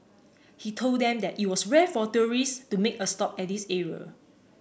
he told them that it was rare for tourists to make a stop at this area